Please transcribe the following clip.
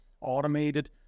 automated